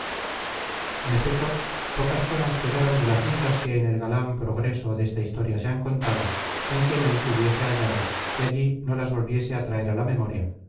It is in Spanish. en efeto pocas cosas quedaron de las muchas que en el galan progreso desta historia se han contado en quien él se hubiese hallado que allí no las volviese á traer a la memoria